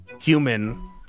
human